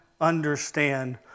understand